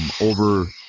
over